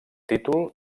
títol